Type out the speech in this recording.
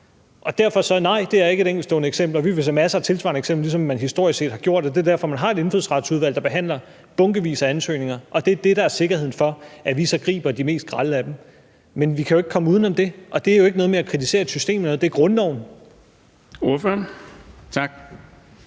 Så derfor: Nej, det er ikke et enkeltstående eksempel, og vi vil se masser af tilsvarende eksempler, ligesom man historisk set har gjort. Det er derfor, at man har et Indfødsretsudvalg, der behandler bunkevis af ansøgninger. Det er det, der er sikkerheden for, at vi så griber de mest grelle af dem. Men vi kan ikke komme uden om det, og det er jo ikke noget med at kritisere et system eller noget – det er grundloven.